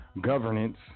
governance